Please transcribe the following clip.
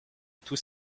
tous